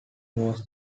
was